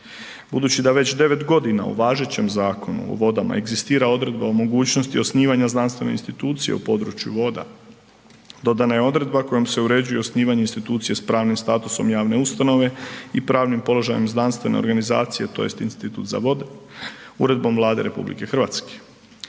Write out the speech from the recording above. Budući da već 9.g. u važećem Zakonu o vodama egzistira odredba o mogućnosti osnivanja znanstvene institucije u području voda, dodana je odredba kojom se uređuje osnivanje institucije s pravim statusom javne ustanove i pravnim položajem znanstvene organizacije tj. Institut za vode Uredbom Vlade RH.